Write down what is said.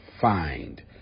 find